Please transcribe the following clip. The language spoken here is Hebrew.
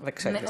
בבקשה.